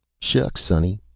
shucks, sonny,